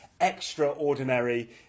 Extraordinary